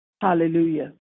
Hallelujah